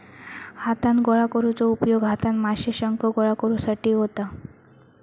हातान गोळा करुचो उपयोग हातान माशे, शंख गोळा करुसाठी होता